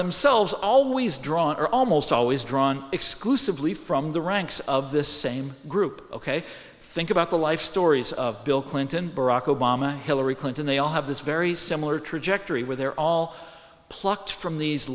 themselves always drawn are almost always drawn exclusively from the ranks of the same group ok think about the life stories of bill clinton barack obama hillary clinton they all have this very similar trajectory where they're all plucked from these